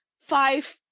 five